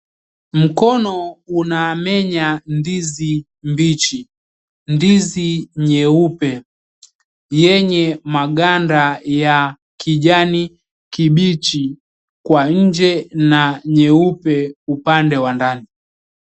Mkono unamenya ndizi mbichi. Ndizi nyeupe yenye maganda ya kijani kibichi kwa nje na nyeupe upande wa ndani.